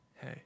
Hey